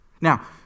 Now